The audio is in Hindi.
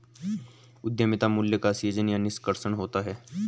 उद्यमिता मूल्य का सीजन या निष्कर्षण होता है